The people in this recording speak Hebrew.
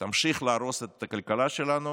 תמשיך להרוס את הכלכלה שלנו